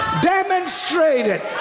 demonstrated